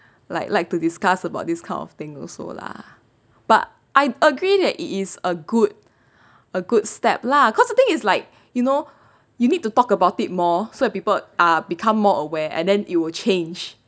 like like to discuss about this kind of thing also lah but I agree that it is a good a good step lah cause the thing is like you know you need to talk about it more so people become more aware and then it will change